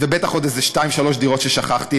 ובטח עוד איזה שתיים-שלוש דירות ששכחתי.